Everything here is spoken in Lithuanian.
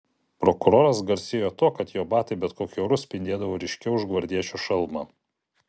prokuroras garsėjo tuo kad jo batai bet kokiu oru spindėdavo ryškiau už gvardiečio šalmą